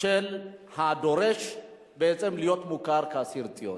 של הדורש בעצם להיות מוכר כאסיר ציון.